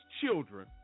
children